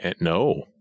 No